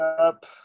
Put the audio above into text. up